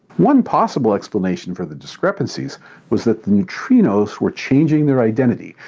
one possible explanation for the discrepancies was that the neutrinos were changing their identity,